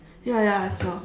ya ya I saw